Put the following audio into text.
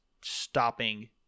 stopping